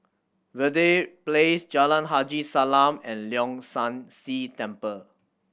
Verde Place Jalan Haji Salam and Leong San See Temple